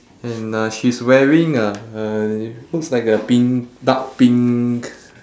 and uh she's wearing uh looks like a pink dark pink